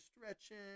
stretching